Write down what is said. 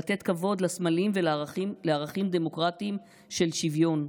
לתת כבוד לסמלים ולערכים דמוקרטיים של שוויון,